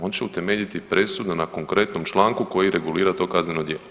On će utemeljiti presudu na konkretnom članku koji regulira to kazneno djelo.